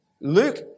Luke